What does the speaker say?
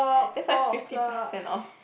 that's why fifty percent off